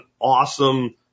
awesome